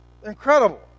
Incredible